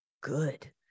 Good